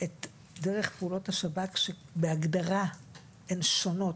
את דרך פעולות השב"כ שבהגדרה הן שונות.